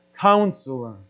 Counselor